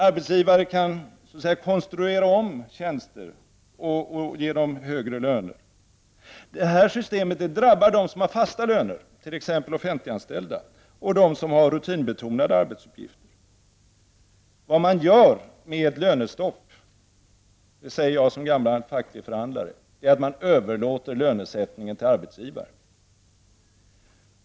Arbetsgivare kan så att säga omkonstruera tjänster och på så sätt betala högre löner. Detta system drabbar dem som har fasta löner, t.ex. offentliganställda, och dem som har rutinbetonade arbetsuppgifter. Som gammal facklig förhandlare inser jag att effekten av ett prisstopp är att man överlåter lönesättningen på arbetsgivaren.